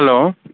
hello